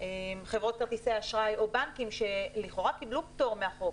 חברות כרטיסי אשראי או בנקים שלכאורה קיבלו פטור מהחוק,